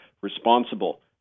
responsible